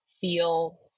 feel